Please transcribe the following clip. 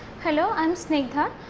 hello, i am snigdha.